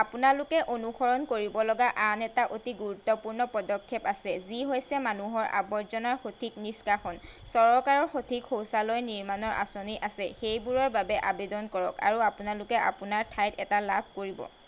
আপোনালোকে অনুসৰণ কৰিব লগা আন এটা অতি গুৰুত্বপূৰ্ণ পদক্ষেপ আছে যি হৈছে মানুহৰ আৱৰ্জনাৰ সঠিক নিষ্কাশন চৰকাৰৰ সঠিক শৌচালয় নিৰ্মাণৰ আঁচনি আছে সেইবোৰৰ বাবে আৱেদন কৰক আৰু আপোনালোকে আপোনাৰ ঠাইত এটা লাভ কৰিব